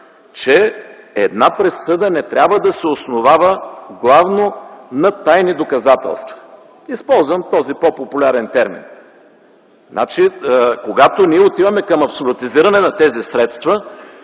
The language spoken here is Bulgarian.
че една присъда не трябва да се основава главно на тайни доказателства. Използвам този по-популярен термин. Когато ние отиваме към абсолютизиране на тези средства,